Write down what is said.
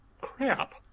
crap